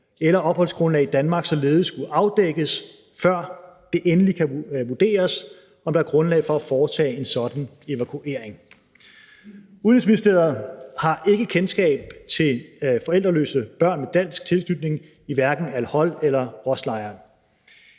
eller opholdsgrundlag i Danmark, således skulle afdækkes, før det endeligt kan vurderes, om der er grundlag for at foretage en sådan evakuering. Udenrigsministeriet har ikke kendskab til forældreløse børn med dansk tilknytning, hverken i al-Hol-lejren